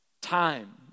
Time